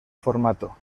formato